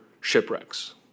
shipwrecks